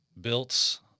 built